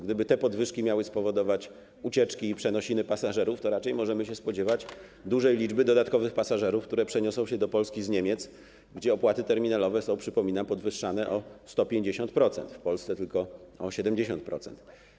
Gdyby te podwyżki miały spowodować ucieczki i przenosiny pasażerów, to raczej możemy się spodziewać dużej liczby dodatkowych pasażerów, które przeniosą się do Polski z Niemiec, gdzie opłaty terminalowe są - przypominam - podwyższane o 150%, a w Polsce tylko o 70%.